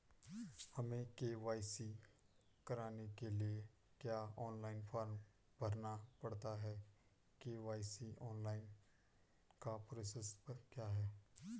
हमें के.वाई.सी कराने के लिए क्या ऑनलाइन फॉर्म भरना पड़ता है के.वाई.सी ऑनलाइन का प्रोसेस क्या है?